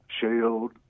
shield